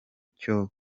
cyo